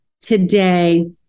today